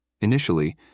Initially